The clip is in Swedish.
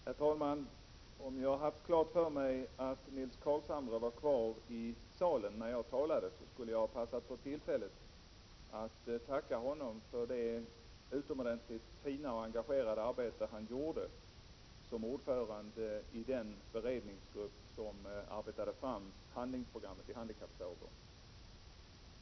Herr talman! Om jag haft klart för mig att Nils Carlshamre var kvar i salen när jag talade, skulle jag ha tagit tillfället i akt att tacka honom för det utomordentligt fina och engagerade arbete han utförde som ordförande i den beredningsgrupp som arbetade fram handlingsprogrammet i handikappfrågor.